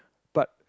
but